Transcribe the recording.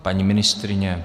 Paní ministryně?